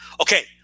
Okay